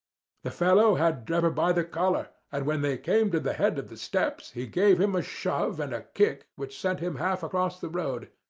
fellow had drebber by the collar, and when they came to the head of the steps he gave him a shove and a kick which sent him half across the road.